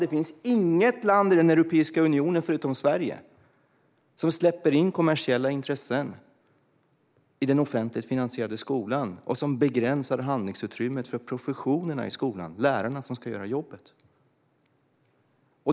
Det finns inget land i Europeiska unionen förutom Sverige som släpper in kommersiella intressen i den offentligt finansierade skolan och begränsar handlingsutrymmet för professionerna i skolan - lärarna som ska göra jobbet.